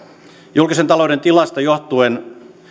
julkisen talouden tilasta johtuen